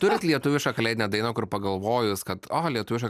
turint lietuvišką kalėdinę dainą kur pagalvojus kad o lietuviška